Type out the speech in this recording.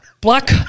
Black